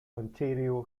ontario